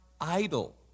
idle